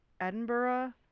Edinburgh